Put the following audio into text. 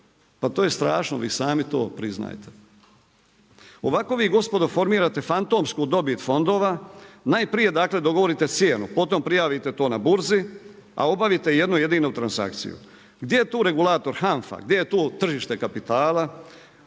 Pa to je strašno, vi sami to priznajete. Ovako vi gospodo formirate fantomsku dobit fondova, najprije dakle dogovorite cijenu, potom prijavite to na burzi a obavite jednu jedinu transakciju. Gdje je tu regulator HANFA, gdje je tu tržište kapitala?